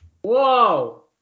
Whoa